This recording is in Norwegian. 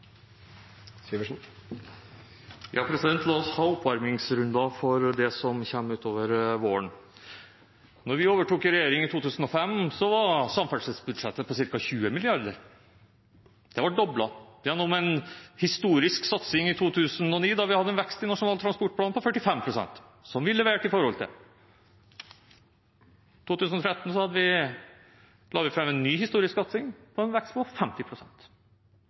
La oss ha oppvarmingsrunder for det som kommer utover våren. Da vi overtok i regjering i 2005, var samferdselsbudsjettet på ca. 20 mrd. kr. Det ble doblet gjennom en historisk satsing i 2009, da vi hadde en vekst i Nasjonal transportplan på 45 pst., som vi leverte på. I 2013 la vi fram en ny historisk satsing, med en vekst på